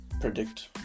predict